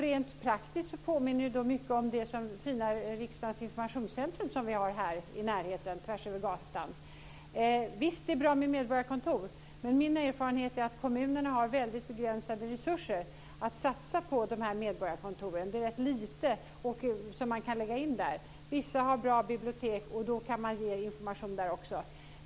Rent praktiskt påminner det ju mycket om riksdagens fina informationscentrum som vi har här i närheten, tvärs över gatan. Visst, det är bra med medborgarkontor, men min erfarenhet är att kommunerna har väldigt begränsade resurser att satsa på de här medborgarkontoren. Det är rätt lite som man kan lägga in där. Vissa har bra bibliotek, och då kan man ge information där också.